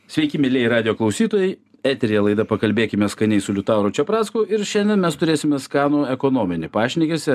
sveiki mielieji radijo klausytojai eteryje laida pakalbėkime skaniai su liutauru čepracku ir šiandien mes turėsime skanų ekonominį pašnekesį